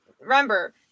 remember